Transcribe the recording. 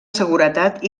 seguretat